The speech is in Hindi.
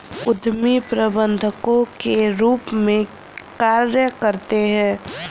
उद्यमी प्रबंधकों के रूप में कार्य करते हैं